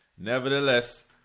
Nevertheless